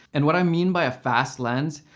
and what i mean by a fast lens,